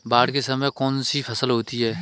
बाढ़ के समय में कौन सी फसल होती है?